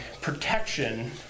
protection